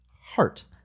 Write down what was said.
Heart